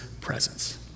presence